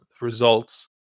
results